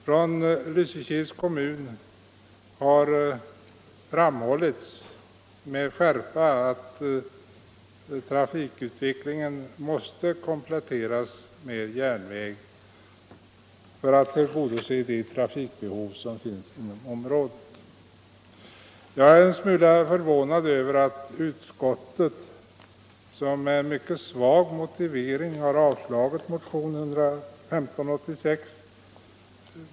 Från Lysekils kommun har med skärpa framhållits att trafikutvecklingen kräver komplettering med järnväg för att man skall kunna tillgodose de trafikbehov som finns inom området. Jag är en smula förvånad över att utskottet med en mycket svag motivering har avstyrkt motionen 1586.